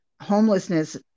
homelessness